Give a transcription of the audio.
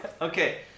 Okay